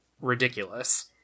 ridiculous